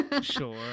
Sure